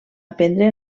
aprendre